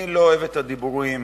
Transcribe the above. אני לא אוהב את הדיבורים